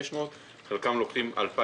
חלקם לוקחים 1,000,